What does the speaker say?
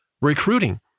recruiting